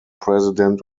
president